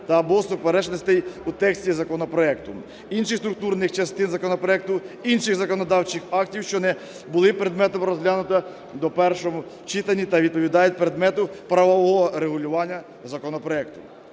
та/або суперечностей у тексті законопроекту, інших структурних частин законопроекту, інших законодавчих актів, що не були предметом розгляду в першому читанні та відповідають предмету правового регулювання законопроекту.